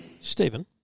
Stephen